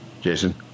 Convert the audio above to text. Jason